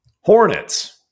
Hornets